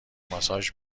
ماساژ